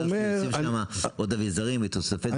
יביאו עוד אביזרים ותוספי תזונה לחדר יותר קטן?